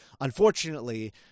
Unfortunately